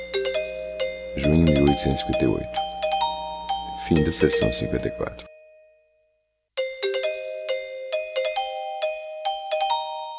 de pobre e de ancião e